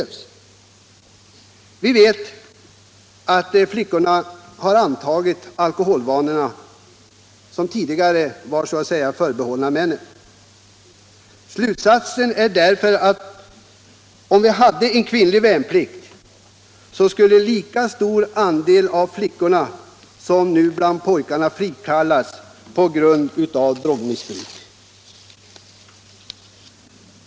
Vi vet att flickorna antagit alkoholvanorna, som tidigare var så att säga förbehållna männen. Slutsatsen är därför att om vi hade kvinnlig värnplikt skulle lika stor andel av flickorna som nu av pojkarna frikallas på grund av drogmissbruk.